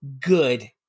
good